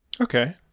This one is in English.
Okay